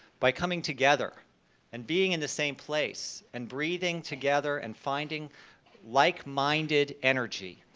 by coming together and being in the same place, and breathing together and finding likeminded energy,